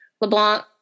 LeBlanc